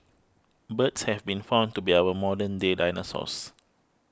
birds have been found to be our modern day dinosaurs